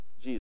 Jesus